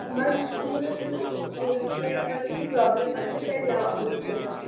আমার স্কুল বলতে আমার একটু প্রবলেম আছে তাই যাওয়া হচ্ছে না